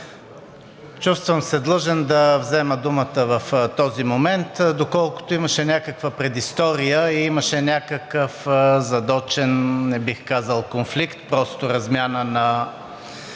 Чувствам се длъжен да взема думата в този момент, доколкото имаше някаква предистория и имаше някакъв задочен, не бих казал, конфликт, просто размяна на